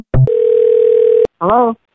Hello